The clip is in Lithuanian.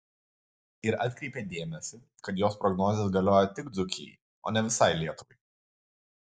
ir atkreipė dėmesį kad jos prognozės galioja tik dzūkijai o ne visai lietuvai